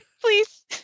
please